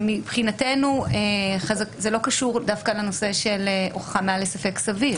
מבחינתנו זה לא קשור דווקא לנושא של הוכחה מעל ספק סביר.